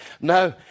No